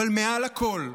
אבל מעל הכול,